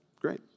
great